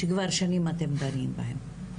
שכבר שנים אתם דנים בהם,